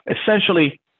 Essentially